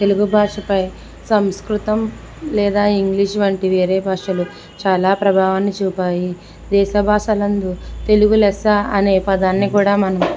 తెలుగు భాషపై సంస్కృతం లేదా ఇంగ్లీష్ వంటి వేరే భాషలు చాలా ప్రభావాన్ని చూపాయి దేశభాషలందు తెలుగు లెస్స అనే పదాన్ని కూడా మనం